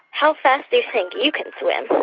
how fast do you think you can swim?